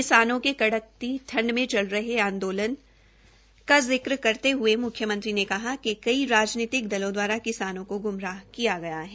किसानों की कड़कती ठंड में चल रहे आंदोलन का जिक्र करते हये म्ख्यमंत्री ने कहा कि कई राजनीतिक दलों द्वारा किसानों को ग्मराह किया गया है